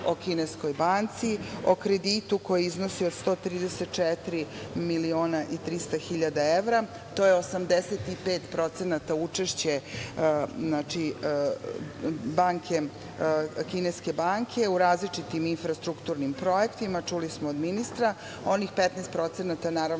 o kineskoj banci, o kreditu koji iznosi 134 miliona i 300 hiljada evra. To je 85% učešće kineske banke u različitim infrastrukturnim projektima, čuli smo od ministra, onih 15% naravno